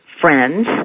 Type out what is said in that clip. friends